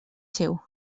seu